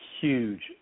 huge